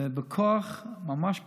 ובכוח, ממש בכוח,